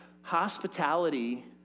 hospitality